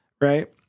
right